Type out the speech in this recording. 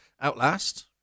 Outlast